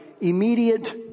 immediate